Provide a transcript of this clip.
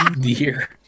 Dear